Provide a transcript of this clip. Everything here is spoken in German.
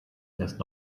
erst